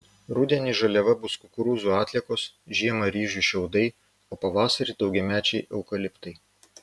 rudenį žaliava bus kukurūzų atliekos žiemą ryžių šiaudai o pavasarį daugiamečiai eukaliptai